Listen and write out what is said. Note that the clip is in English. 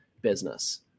business